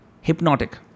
Hypnotic